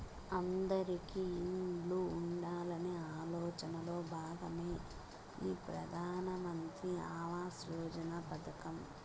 అందిరికీ ఇల్లు ఉండాలనే ఆలోచనలో భాగమే ఈ ప్రధాన్ మంత్రి ఆవాస్ యోజన పథకం